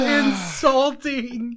insulting